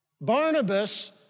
Barnabas